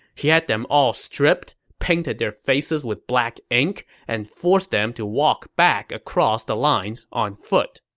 he had them all stripped, painted their faces with black ink, and forced them to walk back across the lines on foot.